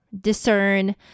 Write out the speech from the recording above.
discern